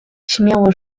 śmiało